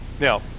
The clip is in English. Now